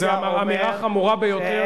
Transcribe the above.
זו אמירה חמורה ביותר,